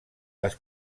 les